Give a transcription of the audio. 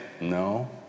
no